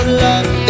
love